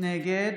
נגד